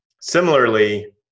Similarly